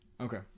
Okay